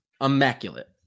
immaculate